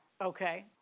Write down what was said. Okay